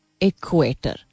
equator